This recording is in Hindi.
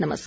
नमस्कार